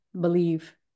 believe